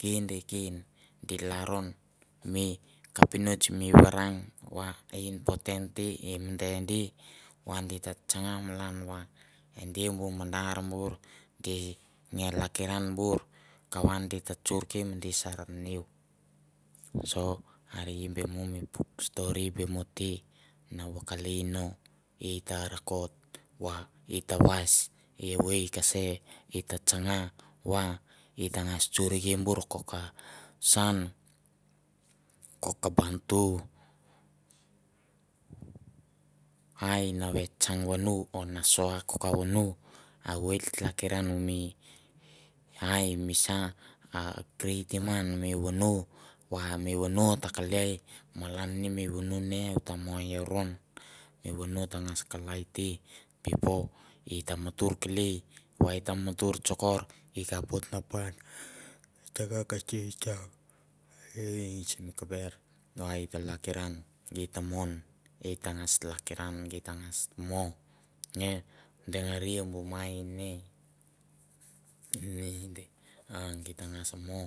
kenda kenda, di lalron mi kapinots mi varang va important te i mede di va di ta tsanga malan va e di bu mandar vour di nge lakiran bur kava di ta tsorke medi tsar niu. So are i be mo mi puk stori be mo te na vakaleia no i ta rakot, va i ta was evoi kese i ta tsanga va i tangas tsorkia bur ko ka saun ko kaba natu ai na ve tsang vono o na soa ko ka vono, evoi t'lakiran mi ai misa a creatim ngan mi vono va mi vono ta kelei malan ne mi vono ne o ta mo i aron, mi vono tangas kalai te before e ta mutur kelei va e ta mutur tsokor i kapoit na pan, tsanga ka tsentsang e i sim kamber va tlakiran i ta mon i tangas tlakiran geit tangas mo nge dengeria bu mai ne, ne go tamgas mo